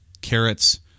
carrots